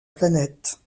planète